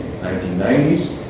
1990s